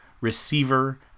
receiver